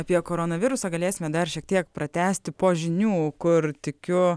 apie koronavirusą galėsime dar šiek tiek pratęsti po žinių kur tikiu